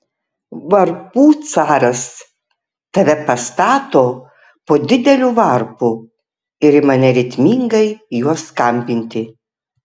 varpų caras tave pastato po dideliu varpu ir ima neritmingai juo skambinti